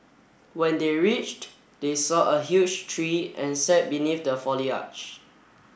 when they reached they saw a huge tree and sat beneath the foliage